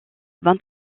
vingt